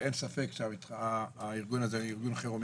ואין ספק שהארגון הזה הוא ארגון חירומי.